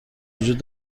وجود